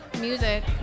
music